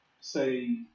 say